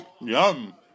Yum